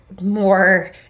more